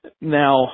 Now